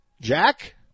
Jack